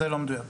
זה לא מדויק.